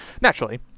naturally